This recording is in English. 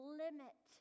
limit